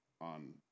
on